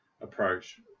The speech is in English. approach